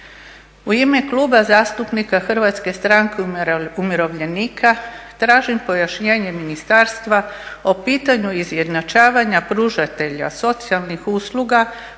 U ime Kluba zastupnika HSU-a tražim pojašnjenje ministarstva o pitanju izjednačavanja pružatelja socijalnih usluga